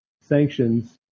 sanctions